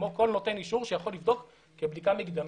כמו כל נותן אישור שיכול לבדוק כבדיקה מקדמית?